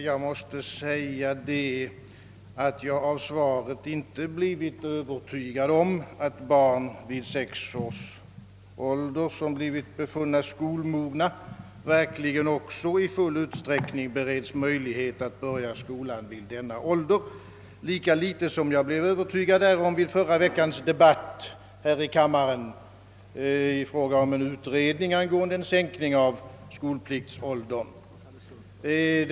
Jag måste dock säga, att jag av svaret inte har blivit övertygad om att barn i sexårsåldern, som befunnits skolmogna, också i full utsträckning beredes möjligheter att börja skolan vid denna ålder — lika litet som jag blev övertygad därom under förra veckans debatt här i kammaren, när vi diskuterade en utredning angående en sänkning av skolpliktsåldern.